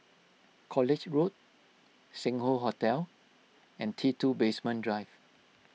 College Road Sing Hoe Hotel and T two Basement Drive